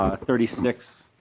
ah thirty six